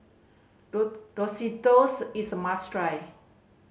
risottoes is a must try